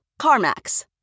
CarMax